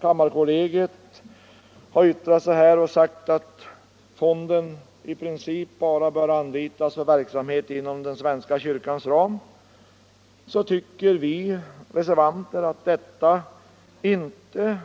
Kammarkollegiets yttrande, att fonden i princip bara bör anlitas för verksamhet inom svenska kyrkans ram, tycker vi reservanter inte